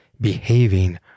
behaving